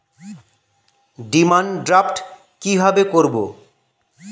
Demand draft কীভাবে করব?